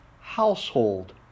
household